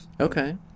Okay